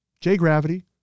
J-Gravity